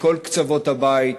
מכל קצוות הבית,